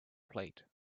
plate